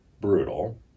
brutal